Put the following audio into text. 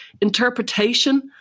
interpretation